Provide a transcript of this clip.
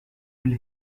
will